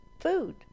food